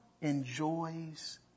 enjoys